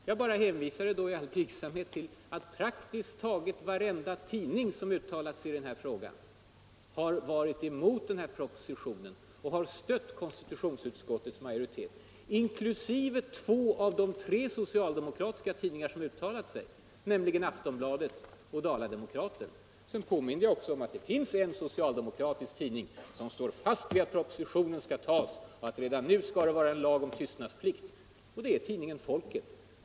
Jag hänvisade då bara i all blygsamhet till att praktiskt taget varenda tidning, som uttalat sig i denna fråga, har varit emot propositionen och har stött konstitutionsutskottets majoritet. Det gäller också två av de tre socialdemokratiska tidningar som uttalat sig, nämligen Aftonbladet och Dala-Demokraten. Sedan påminde jag också om att det finns en socialdemokratisk tidning som står fast vid att propositionen skall antas och att det redan nu skall införas en lag om tystnadsplikt: tidningen Folket.